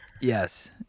Yes